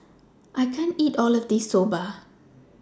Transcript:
I can't eat All of This Soba